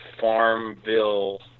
Farmville